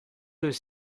deux